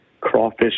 crawfish